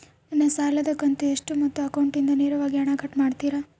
ನನ್ನ ಸಾಲದ ಕಂತು ಎಷ್ಟು ಮತ್ತು ಅಕೌಂಟಿಂದ ನೇರವಾಗಿ ಹಣ ಕಟ್ ಮಾಡ್ತಿರಾ?